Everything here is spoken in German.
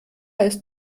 ist